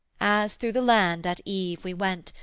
as through the land at eve we went,